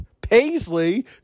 Paisley